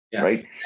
right